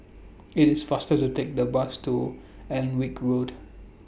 IT IS faster to Take The Bus to Alnwick Road